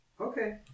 okay